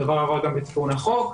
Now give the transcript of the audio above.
הדבר עבר גם בתיקון החוק.